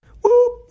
Whoop